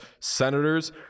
senators